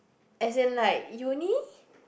as in like uni